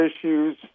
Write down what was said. issues